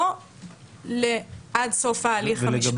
לא עד סוף ההליך המשפטי.